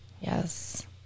Yes